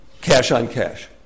cash-on-cash